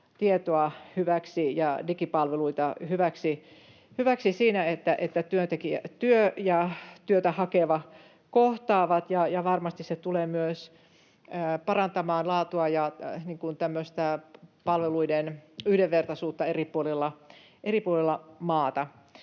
tietoa hyväksi ja digipalveluita hyväksi siinä, että työ ja työtä hakeva kohtaavat. Varmasti se tulee myös parantamaan laatua ja tämmöistä palveluiden yhdenvertaisuutta eri puolilla maata.